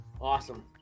Awesome